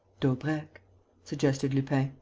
daubrecq, suggested lupin.